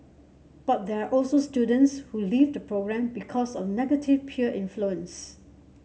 but there are also students who leave the programme because of negative peer influence